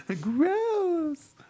Gross